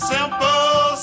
Simple